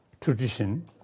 tradition